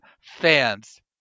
fans